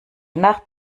nacht